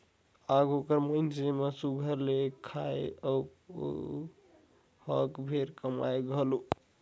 आघु कर मइनसे मन सुग्घर ले खाएं अउ हक भेर कमाएं घलो